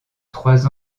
trois